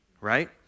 right